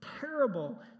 terrible